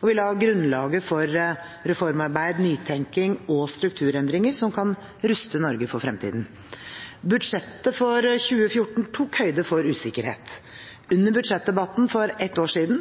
og vi la grunnlaget for reformarbeid, nytenking og strukturendringer som kan ruste Norge for fremtiden. Budsjettet for 2014 tok høyde for usikkerhet. Under budsjettdebatten for et år siden